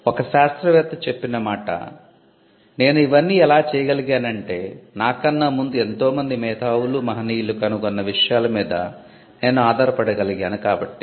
ఒక శాస్త్రవేత్త చెప్పిన మాట "నేను ఇవన్నీ ఎలా చేయగలిగానంటే నాకన్నా ముందు ఎంతో మంది మేధావులు మహనీయులు కనుగున్న విషయాలు మీద నేను ఆధారపడగలిగాను కాబట్టి